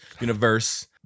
universe